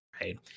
right